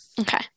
Okay